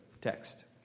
text